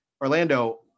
Orlando